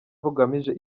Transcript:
bugamije